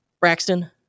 Braxton